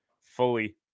fully